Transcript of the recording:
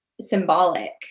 symbolic